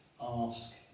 ask